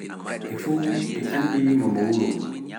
fuuf nɗi anndi momoo wuro